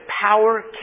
power